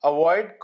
Avoid